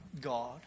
God